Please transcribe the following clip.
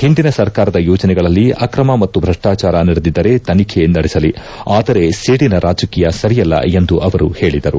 ಹಿಂದಿನ ಸರ್ಕಾರದ ಯೋಜನೆಗಳಲ್ಲಿ ಆಕ್ರಮ ಮತ್ತು ಭಷ್ಲಾಚಾರ ನಡೆದಿದ್ದರೆ ತನಿಬೆ ನಡೆಸಲಿ ಆದರೆ ಸೇಡಿನ ರಾಜಕೀಯ ಸರಿಯಲ್ಲ ಎಂದು ಅವರು ಹೇಳಿದರು